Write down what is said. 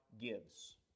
gives